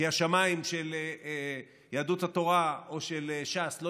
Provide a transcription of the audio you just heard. כי השמיים של יהדות התורה או של ש"ס לא